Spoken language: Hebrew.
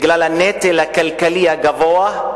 בגלל הנטל הכלכלי הגבוה,